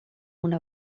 una